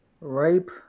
Rape